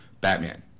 Batman